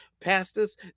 Pastors